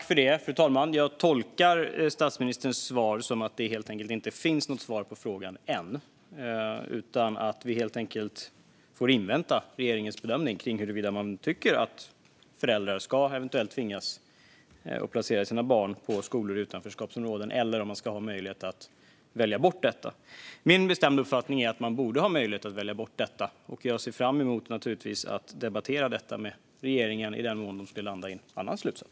Fru talman! Jag tolkar statsministerns svar som att det helt enkelt inte finns något svar på frågan än, utan att vi får invänta regeringens bedömning kring huruvida man tycker att föräldrar eventuellt ska tvingas placera sina barn på skolor i utanförskapsområden eller om man ska ha möjlighet att välja bort detta. Min bestämda uppfattning är att man borde ha möjlighet att välja bort detta, och jag ser naturligtvis fram emot att debattera detta med regeringen i den mån de skulle landa i en annan slutsats.